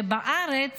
ובארץ